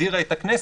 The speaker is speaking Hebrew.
הדירה את הכנסת.